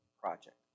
project